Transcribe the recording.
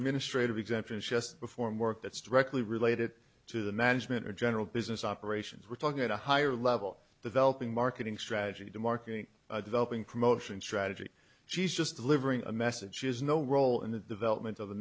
administrative exemptions just before work that's directly related to the management or general business operations we're talking at a higher level developing marketing strategy to marketing developing promotion strategy she's just delivering a message she has no role in the development of the